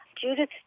Judith